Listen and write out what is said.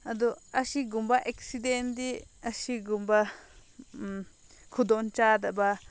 ꯑꯗꯨ ꯑꯁꯤꯒꯨꯝꯕ ꯑꯦꯛꯁꯤꯗꯦꯟꯗꯤ ꯑꯁꯤꯒꯨꯝꯕ ꯈꯨꯗꯣꯡꯆꯥꯗꯕ